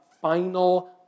final